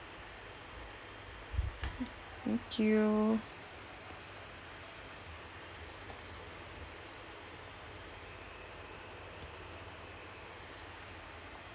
thank you